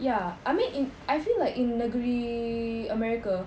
ya I mean if I feel like in negeri america